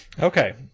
okay